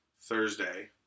Thursday